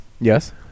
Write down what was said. Yes